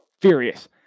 furious